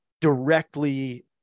directly